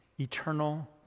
eternal